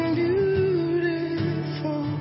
beautiful